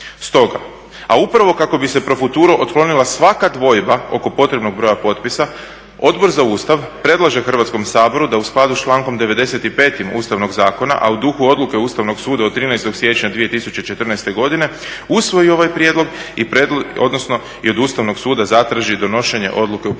Stoga, a upravo kako bi se pro futuro otklonila svaka dvojba oko potrebnog broja potpisa, Odbor za Ustav predlaže Hrvatskom saboru da u skladu s člankom 95. Ustavnog zakona, a u duhu odluke Ustavnog suda od 13. siječnja 2014. godine usvoji ovaj prijedlog, odnosno i od Ustavnog suda zatraži donošenje odluke u